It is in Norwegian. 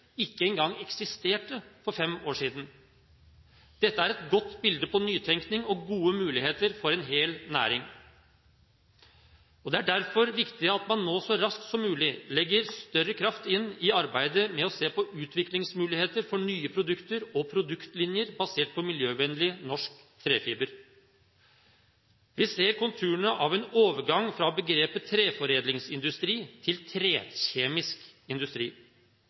ikke engang eksisterte for fem år siden. Dette er et godt bilde på nytenkning og gode muligheter for en hel næring. Det er derfor viktig at man nå så raskt som mulig legger større kraft inn i arbeidet med å se på utviklingsmuligheter for nye produkter og produktlinjer basert på miljøvennlig norsk trefiber. Vi ser konturene av en overgang fra begrepet treforedlingsindustri til trekjemisk industri.